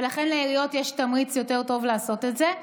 ולכן לעיריות יש תמריץ טוב יותר לעשות את זה,